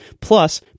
Plus